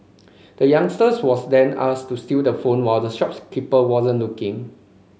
the youngster was then asked to steal the phone while the shopkeeper wasn't looking